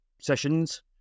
sessions